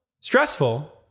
stressful